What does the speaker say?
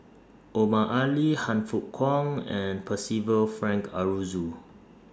Omar Ali Han Fook Kwang and Percival Frank Aroozoo